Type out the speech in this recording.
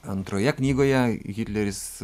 antroje knygoje hitleris